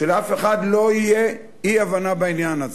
שלאף אחד לא תהיה אי-הבנה בעניין הזה.